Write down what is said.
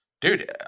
Dude